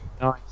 Nice